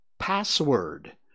Password